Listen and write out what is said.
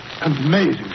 Amazing